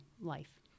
life